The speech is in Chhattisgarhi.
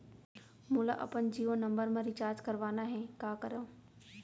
मोला अपन जियो नंबर म रिचार्ज करवाना हे, का करव?